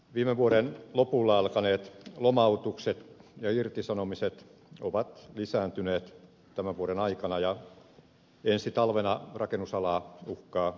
viime vuoden lopulla alkaneet lomautukset ja irtisanomiset ovat lisääntyneet tämän vuoden aikana ja ensi talvena rakennusalaa uhkaa suurtyöttömyys